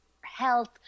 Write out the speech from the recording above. health